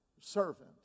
servant